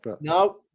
No